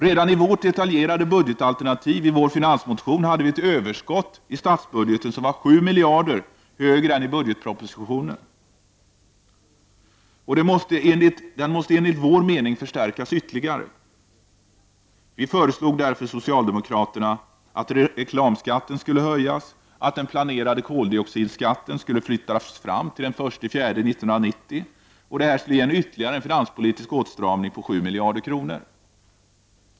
Redan i vårt detaljerade budgetalternativ i vår finansmotion hade vi ett överskott i statsbudgeten som var 7 miljarder högre än i regeringens budgetproposition. Det måste enligt vår mening förstärkas ytterligare. Vi föreslog därför socialdemokraterna att reklamskatten skulle höjas och att den planerade koldioxidskatten tidigareläggs till den 1 april 1990. Detta skulle ge ytterligare finanspolitisk åtstramning på 7 miljarder kronor.